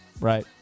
Right